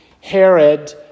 Herod